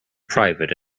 private